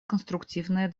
конструктивная